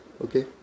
Okay